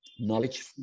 knowledge